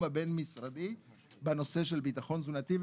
הבין-משרדי בנושא של ביטחון תזונתי,